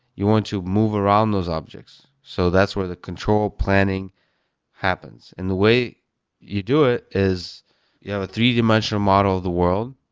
you want to move around those objects. so that's where the control planning happens. and the way you do it is you have a three dimensional model of the world